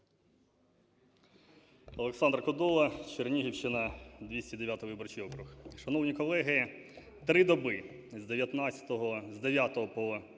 Олександр Кодола, Чернігівщина, 209 виборчий округ. Шановні колеги, три доби з 9 по